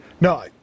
No